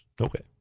okay